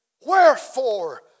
Wherefore